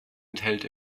enthält